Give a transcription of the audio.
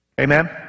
Amen